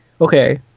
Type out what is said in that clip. okay